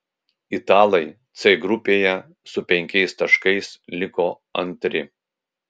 italai c grupėje su penkiais taškais liko antri